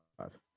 five